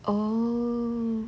oh